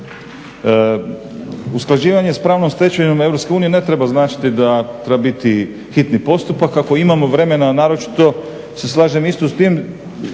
usklađivanje s pravnom stečevinom EU ne treba značiti da treba biti hitni postupak ako imamo vremena, a naročito se isto slažem s tim